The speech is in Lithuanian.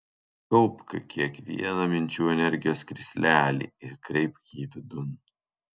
kaupk kiekvieną minčių energijos krislelį ir kreipk jį vidun